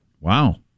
Wow